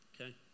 Okay